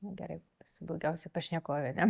nu gerai esu blogiausia pašnekovė ane